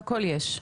הכל יש.